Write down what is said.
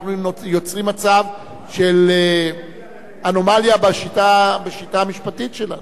אנחנו יוצרים מצב של אנומליה בשיטה המשפטית שלנו.